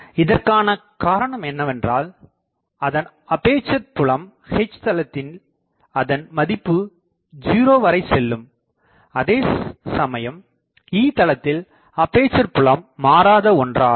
இதற்கானகாரணம் என்னவென்றால் அதன் அப்பேசர் புலம் H தளத்தில் அதன் மதிப்பு 0 வரை செல்லும் அதேசமயம் E தளத்தில் அப்பேசர் புலம் மாறாத ஒன்றாகும்